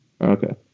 Okay